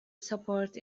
support